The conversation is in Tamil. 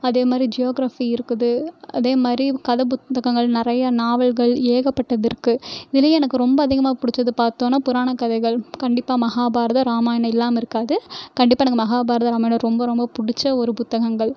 அதேமாதிரி ஜியோகிராஃபி இருக்குது அதேமாதிரி கதை புத்தகங்கள் நிறையா நாவல்கள் ஏகப்பட்டதிருக்குது இதுலையே எனக்கு ரொம்ப அதிகமாக பிடிச்சது பார்த்தோன்னா புராண கதைகள் கண்டிப்பாக மஹாபாரதம் ராமாயணம் இல்லாமல் இருக்காது கண்டிப்பாக எனக்கு மஹாபாரதம் ராமாயணம் ரொம்ப ரொம்ப பிடிச்ச ஒரு புத்தகங்கள்